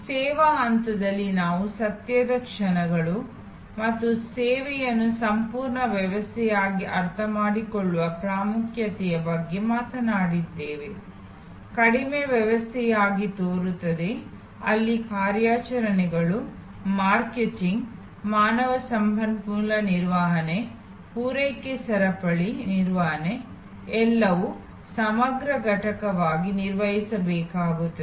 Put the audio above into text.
ಸೇವಾ ಹಂತದಲ್ಲಿ ನಾವು ಸತ್ಯದ ಕ್ಷಣಗಳು ಮತ್ತು ಸೇವೆಯನ್ನು ಸಂಪೂರ್ಣ ವ್ಯವಸ್ಥೆಯಾಗಿ ಅರ್ಥಮಾಡಿಕೊಳ್ಳುವ ಪ್ರಾಮುಖ್ಯತೆಯ ಬಗ್ಗೆ ಮಾತನಾಡಿದ್ದೇವೆ ಕಡಿಮೆ ವ್ಯವಸ್ಥೆಯಾಗಿ ತೋರುತ್ತದೆ ಅಲ್ಲಿ ಕಾರ್ಯಾಚರಣೆಗಳು ಮಾರ್ಕೆಟಿಂಗ್ ಮಾನವ ಸಂಪನ್ಮೂಲ ನಿರ್ವಹಣೆ ಪೂರೈಕೆ ಸರಪಳಿ ನಿರ್ವಹಣೆ ಎಲ್ಲವೂ ಸಮಗ್ರ ಘಟಕವಾಗಿ ಕಾರ್ಯನಿರ್ವಹಿಸಬೇಕಾಗುತ್ತದೆ